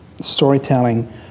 storytelling